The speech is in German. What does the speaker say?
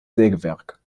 sägewerk